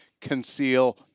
conceal